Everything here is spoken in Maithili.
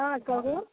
हँ कहू